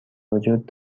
وجود